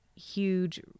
Huge